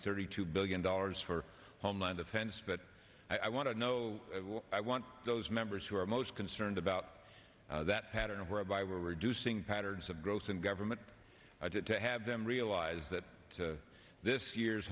thirty two billion dollars for homeland defense but i want to know i want those members who are most concerned about that pattern where by reducing patterns of gross and government i get to have them realize that this year's